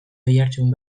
oihartzun